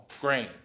grain